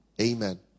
amen